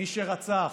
מי שרצח,